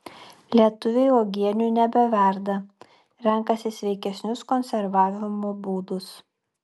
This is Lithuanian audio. lietuviai uogienių nebeverda renkasi sveikesnius konservavimo būdus